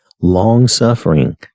long-suffering